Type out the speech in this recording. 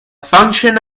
function